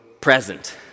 present